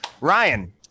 Ryan